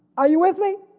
are you with me?